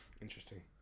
Interesting